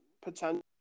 potential